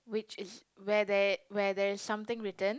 which is where there where there is something written